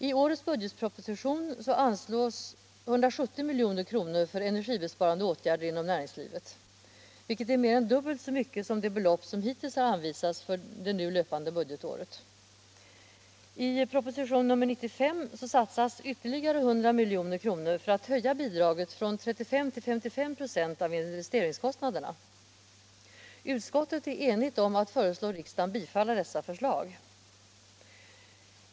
I budgetpropositionen anslås 170 milj.kr. för energibesparande åtgärder inom näringslivet, vilket är mer än dubbelt så mycket som det belopp som hittills har anvisats för det nu löpande budgetåret. I propositionen 95 satsas ytterligare 100 miljoner för att höja bidraget från 35 till 55 96 av investeringskostnaderna. Utskottet är enigt om att föreslå riksdagen att bifalla detta förslag.